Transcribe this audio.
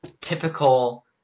typical